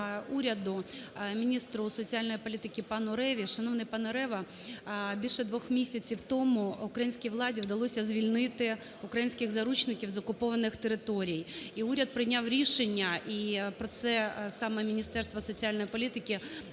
уряду, міністру соціальної політики пану Реві. Шановний пане Рева, більше двох місяців тому українській владі вдалося звільнити українських заручників з окупованих територій. І уряд прийняв рішення, і про це саме Міністерство соціальної політики оголосило,